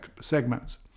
segments